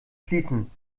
fließen